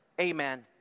Amen